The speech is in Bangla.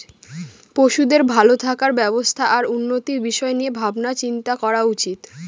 পশুদের ভালো থাকার ব্যবস্থা আর উন্নতির বিষয় নিয়ে ভাবনা চিন্তা করা উচিত